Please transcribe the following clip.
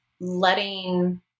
Letting